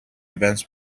events